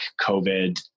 COVID